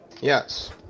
Yes